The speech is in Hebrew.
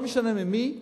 לא משנה ממי,